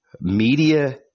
media